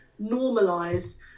normalize